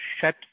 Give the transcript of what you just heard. shut